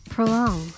Prolong